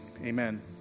amen